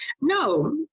no